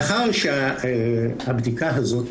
לאחר שהבדיקה הזאת,